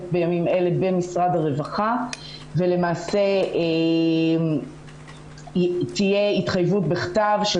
בימים אלה במשרד הרווחה ולמעשה תהיה התחייבות בכתב של